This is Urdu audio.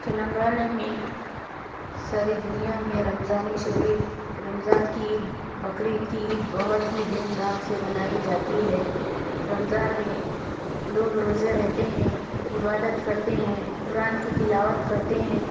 تلنگانہ میں ساری دنیا میں رمضان شریف رمضان کی عید بقرعید کی عید بہت ہی دھوم دھام سے منائی جاتی ہے رمضان میں لوگ روزے رہتے ہیں عبادت کرتے ہیں قرآن کی تلاوت کرتے ہیں